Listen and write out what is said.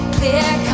clear